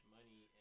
Money